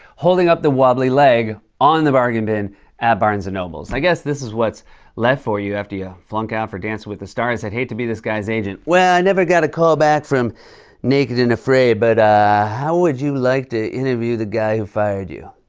holding up the wobbly leg on the bargain bin at barnes and noble's. i guess this is what's left for you after you flunk out from dancing with the stars. i'd hate to be this guy's agent. well, i never got a call back from naked and afraid but how would you like to interview the guy who fired you?